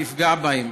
נפגע בהם.